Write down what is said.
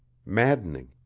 maddening.